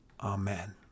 Amen